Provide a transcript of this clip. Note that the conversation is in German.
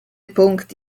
punkt